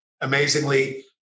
amazingly